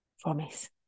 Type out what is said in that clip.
Promise